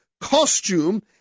costume